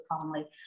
family